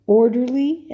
orderly